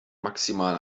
maximal